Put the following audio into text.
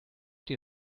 die